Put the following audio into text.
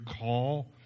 call